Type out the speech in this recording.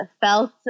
felt